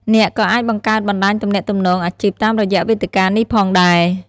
អ្នកក៏អាចបង្កើតបណ្ដាញទំនាក់ទំនងអាជីពតាមរយៈវេទិកានេះផងដែរ។